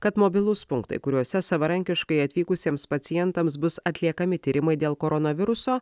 kad mobilūs punktai kuriuose savarankiškai atvykusiems pacientams bus atliekami tyrimai dėl koronaviruso